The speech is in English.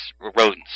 rodents